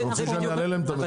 אתה רוצה שאני אעלה להם את המחיר?